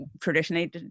traditionally